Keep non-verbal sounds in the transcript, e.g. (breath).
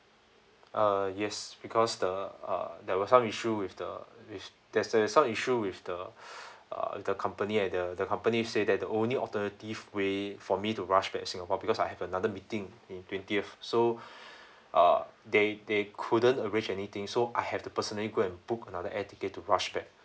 uh yes because the uh there was some issue with the with there's a some issue with the (breath) uh the company at the the company said that the only alternative way for me to rush back singapore because I have another meeting in twentieth so (breath) uh they they couldn't arrange anything so I have to personally go and book another air ticket to rush back